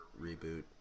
reboot